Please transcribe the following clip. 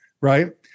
Right